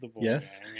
yes